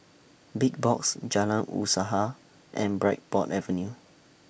Big Box Jalan Usaha and Bridport Avenue